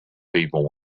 people